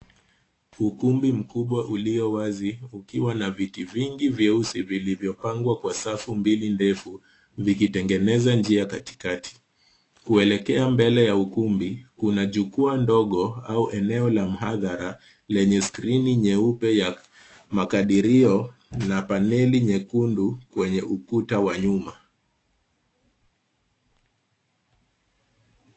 Ukumbi mkubwa ulio wazi ukiwa na viti vingi vyeusi vilivypangwa kwa safu mbili ndefu vikitengeneza njia katikati kuelekea mbele ya ukumbi na jukwaa ndogo au eneo la mhadhara lenye skrini nyeupe ya makadirio na paneli nyekundu kwenye ukuta wa nyuma.